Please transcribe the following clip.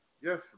yes